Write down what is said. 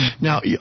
Now